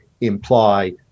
imply